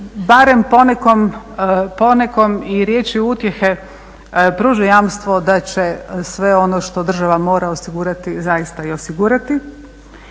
barem ponekom riječju utjehe pruže jamstvo da će sve ono što država mora osigurati zaista i osigurati.